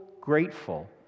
grateful